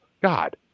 God